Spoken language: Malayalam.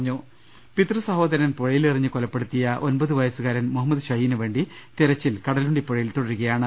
രുട്ടിട്ടുള പിതൃസഹോദരൻ പുഴയിലെറിഞ്ഞ് കൊലപ്പെടുത്തിയ ഒമ്പതുവയസ്സു കാരൻ മുഹമ്മദ് ഷഹീനുവേണ്ടി തെരച്ചിൽ കടലുണ്ടി പുഴയിൽ തുടരുക യാണ്